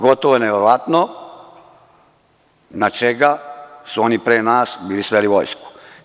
Gotovo je neverovatno na čega su oni pre nas bili sveli vojsku.